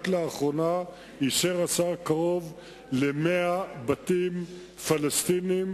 רק לאחרונה אישר השר הריסת קרוב ל-100 בתים של פלסטינים